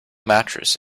mattress